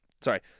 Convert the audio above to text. Sorry